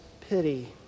pity